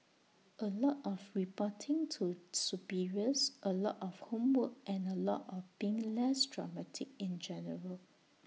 A lot of reporting to superiors A lot of homework and A lot of being less dramatic in general